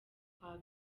kwa